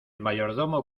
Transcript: mayordomo